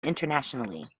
internationally